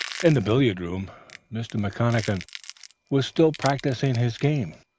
in the billiard-room mr. mcconachan was still practising his game.